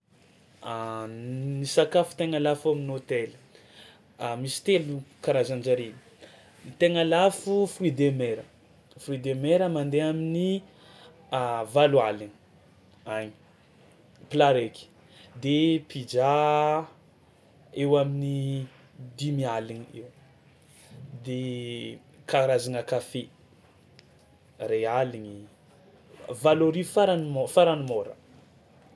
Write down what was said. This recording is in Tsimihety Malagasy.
Ny sakafo tegna lafo amin'ny hôtely misy telo ny karazan-jare: tegna lafo fuit de mer fruit de mer mandeha amin'ny valo aligny agny kilao raiky de pizza eo amin'ny dimy aligny eo de karazagna kafe ray aligny, valo arivo farany mô- farany môra.